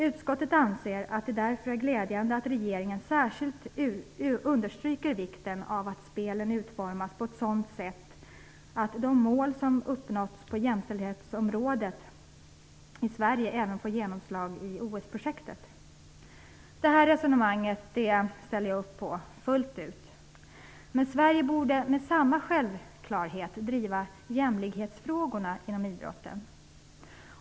Utskottet anser att det därför är glädjande att regeringen särskilt understryker vikten av att spelen utformas på ett sådant sätt att de mål som uppnåtts på jämställdhetsområdet i Sverige även får genomslag i OS-projektet. Det här resonemanget ställer jag upp på fullt ut. Men Sverige borde med samma självklarhet driva jämlikhetsfrågorna inom idrotten.